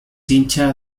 hincha